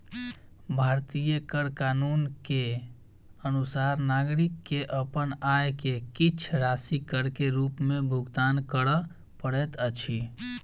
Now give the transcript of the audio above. भारतीय कर कानून के अनुसार नागरिक के अपन आय के किछ राशि कर के रूप में भुगतान करअ पड़ैत अछि